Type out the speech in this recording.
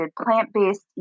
plant-based